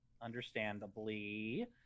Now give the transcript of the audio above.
understandably